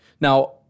Now